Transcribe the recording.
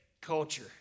culture